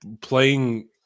playing